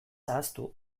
ahaztu